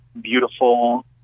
beautiful